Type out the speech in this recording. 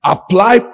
Apply